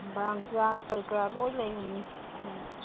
ꯈꯝꯕ꯭ꯔꯥꯡ ꯆꯥꯛ ꯀꯔꯤ ꯀꯔꯥ ꯂꯣꯏ ꯂꯩꯕꯅꯤ ꯎꯝ